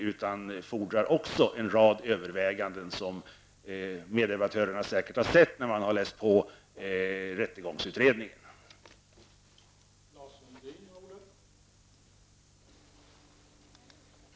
Även den fordrar en rad överväganden, vilket meddebattörerna säkert har insett när de har läst på rättegångsutredningens betänkande.